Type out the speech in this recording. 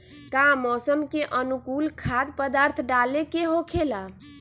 का मौसम के अनुकूल खाद्य पदार्थ डाले के होखेला?